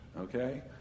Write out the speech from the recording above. Okay